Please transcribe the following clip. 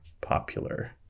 popular